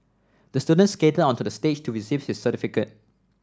the student skated onto the stage to receive his certificate